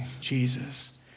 Jesus